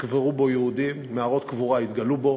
נקברו בו יהודים, מערות קבורה התגלו בו,